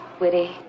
witty